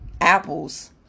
apples